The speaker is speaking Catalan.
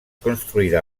construïda